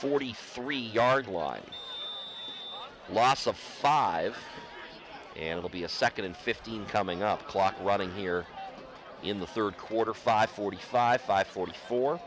forty three yard line loss of five and will be a second and fifteen coming up clock running here in the third quarter five forty five five forty four